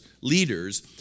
leaders